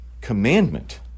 commandment